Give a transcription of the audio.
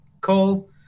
Cole